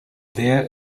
there